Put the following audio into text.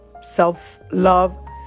Self-love